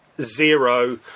zero